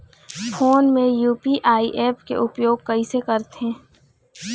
Phone मे UPI app के उपयोग कइसे करथे?